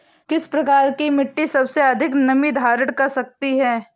किस प्रकार की मिट्टी सबसे अधिक नमी धारण कर सकती है?